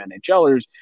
NHLers